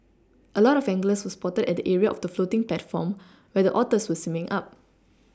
a lot of anglers were spotted at the area of the floating platform where the otters were swimming up